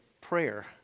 Prayer